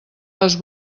les